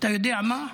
אתה יודע מה?